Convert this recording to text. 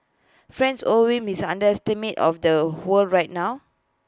friends overwhelmed miss understatement of the whole right now